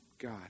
God